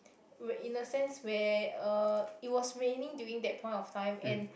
where in the sense where uh it was raining during that point of time and